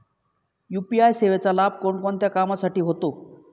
UPI सेवेचा लाभ कोणकोणत्या कामासाठी होतो?